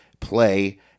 play